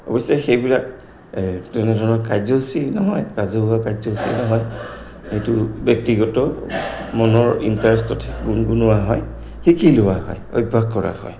অৱশ্যে সেইবিলাক তেনেধৰণৰ কাৰ্যসূচী নহয় ৰাজহুৱা কাৰ্যসূচী নহয় এইটো ব্যক্তিগত মনৰ ইণ্টাৰেষ্টত গুন গুনোৱা হয় শিকি লোৱা হয় অভ্যাস কৰা হয়